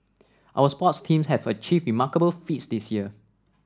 our sports teams have achieved remarkable feats this year